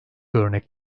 örnek